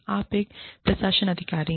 आप एक प्रशासन प्राधिकारी हैं